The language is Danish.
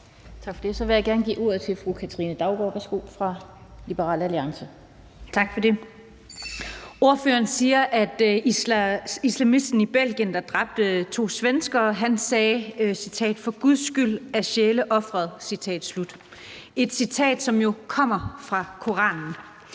Tak for det. Så vil jeg gerne give ordet til fru Katrine Daugaard fra Liberal Alliance. Værsgo. Kl. 18:15 Katrine Daugaard (LA): Tak for det. Ordføreren siger, at islamisten i Belgien, der dræbte to svenskere, sagde: For Guds skyld er sjæle ofret. Det er et citat, som jo kommer fra Koranen.